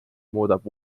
muudab